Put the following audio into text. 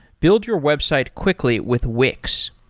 build your website quickly with wix.